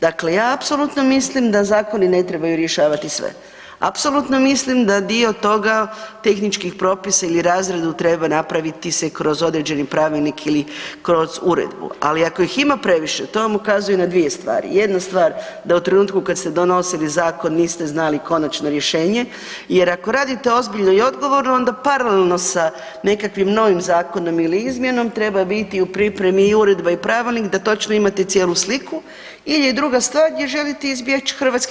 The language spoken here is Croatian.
Dakle, ja apsolutno mislim da zakoni ne trebaju rješavati sve, apsolutno mislim da dio toga tehničkih propisa ili razreda treba napraviti se kroz određeni pravilnik ili kroz uredbu, ali ako ih ima previše to vam ukazuje na dvije stvari, jedna stvar da u trenutku kada ste donosili zakon niste znali konačno rješenje jer ako radite ozbiljno i odgovorno onda paralelno sa nekakvim novim zakonom ili izmjenom treba biti u pripremi i uredba i pravilnik da točno imate cijelu sliku ili je druga stvar, gdje želite izbjeć HS.